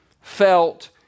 felt